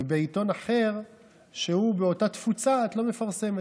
ובעיתון אחר שהוא באותה תפוצה את לא מפרסמת?